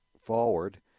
forward